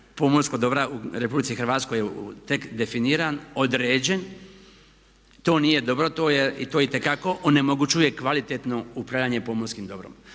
pomorskog dobra u Republici Hrvatskoj je tek definiran, određen. To nije dobro. To itekako onemogućuje kvalitetno upravljanje pomorskim dobrom.